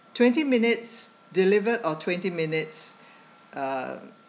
twenty minutes delivered or twenty minutes um